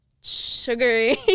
sugary